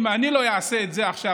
אם אני לא אעשה את זה עכשיו,